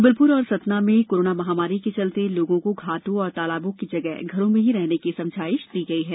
जबलपुर और सतना में कोरोना महामारी के चलते लोगों को घाटों एवं तालाबों की जगह घरों पर ही रहने की समझाइश दी गई है